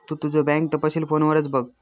तु तुझो बँक तपशील फोनवरच बघ